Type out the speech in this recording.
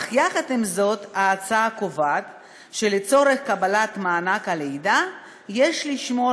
ועם זאת ההצעה קובעת שלצורך קבלת מענק הלידה יש לשמור